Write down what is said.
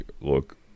look